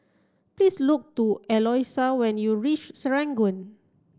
please look to Eloisa when you reach Serangoon